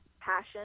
passion